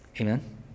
Amen